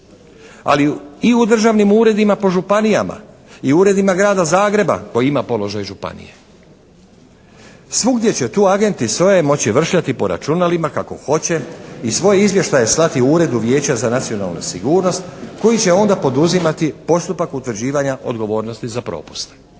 Ali i u državnim uredima po županijama i uredima Grada Zagreba koji ima položaj županije. Svugdje će tu agenti S.O.A.-e moći vršljati po računalima kako hoće i svoje izvještaje slati u Uredu Vijeća za nacionalnu sigurnost koji će onda poduzimati postupak utvrđivanja odgovornosti za propuste.